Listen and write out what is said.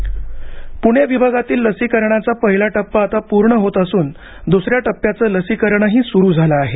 लसीकरण पुणे विभागातील लसीरकणाचा पहिला टप्पा आता पूर्ण होत असून दुस या टप्प्याचं लसीकरणही स्रू झालं आहे